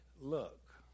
look